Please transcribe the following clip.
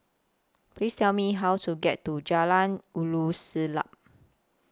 Please Tell Me How to get to Jalan Ulu Siglap